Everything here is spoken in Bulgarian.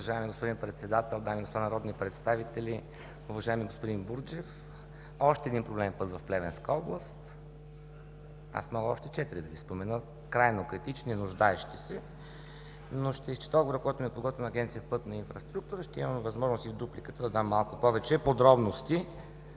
Уважаеми господин Председател, дами и господа народни представители! Уважаеми господин Бурджев, още един проблемен път в Плевенска област. Аз мога още четири да Ви спомена, крайно критични, нуждаещи се, но ще изчета отговора, който ми е подготвила Агенция „Пътна инфраструктура“. Ще имам възможност и в дупликата да дам малко повече подробности.